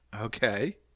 Okay